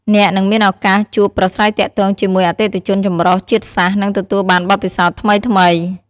អ្នកនឹងមានឱកាសជួបប្រាស្រ័យទាក់ទងជាមួយអតិថិជនចម្រុះជាតិសាសន៍ និងទទួលបានបទពិសោធន៍ថ្មីៗ។